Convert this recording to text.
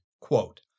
quote